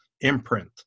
imprint